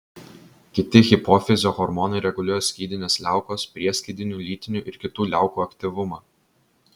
kiti hipofizio hormonai reguliuoja skydinės liaukos prieskydinių lytinių ir kitų liaukų aktyvumą